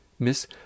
Miss